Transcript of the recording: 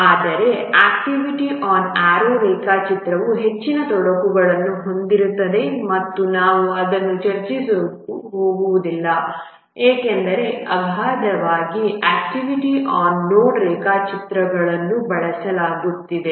ಆದರೆ activity on arrow ರೇಖಾಚಿತ್ರವು ಹೆಚ್ಚಿನ ತೊಡಕುಗಳನ್ನು ಹೊಂದಿರುತ್ತದೆ ಮತ್ತು ನಾವು ಅದನ್ನು ಚರ್ಚಿಸಲು ಹೋಗುವುದಿಲ್ಲ ಏಕೆಂದರೆ ಅಗಾಧವಾಗಿ ಆಕ್ಟಿವಿಟಿ ಆನ್ ನೋಡ್ ರೇಖಾಚಿತ್ರಗಳನ್ನು ಬಳಸಲಾಗುತ್ತಿದೆ